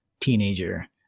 teenager